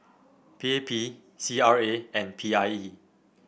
P A P C R A and P R E